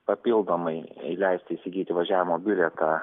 papildomai leisti įsigyti važiavimo bilietą